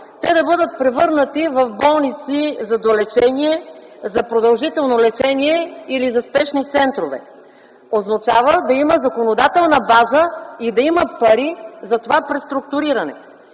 те да бъдат превърнати в болници за долечение, за продължително лечение или за спешни центрове? Означава да има законодателна база и да има пари за това преструктуриране.